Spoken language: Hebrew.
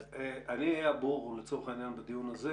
אני אהיה ה"בור" לצורך העניין בדיון הזה.